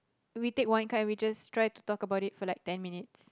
we take one card and we just try to talk about it for like ten minutes